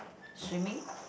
swimming